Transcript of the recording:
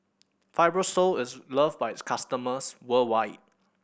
fibrosol is loved by its customers worldwide